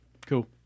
Cool